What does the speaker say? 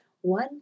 one